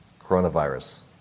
coronavirus